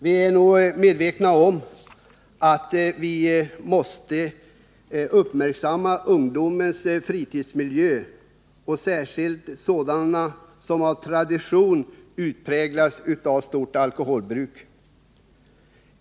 Vi är nog medvetna om att vi måste uppmärksamma ungdomens fritidsmiljöer och särskilt sådana som av tradition präglas av stort alkoholbruk.